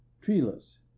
Treeless